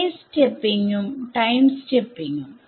space സ്റ്റെപ്പിങ്ങുംടൈം സ്റ്റെപ്പിങ്ങും